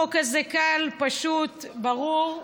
החוק הזה כאן פשוט, ברור.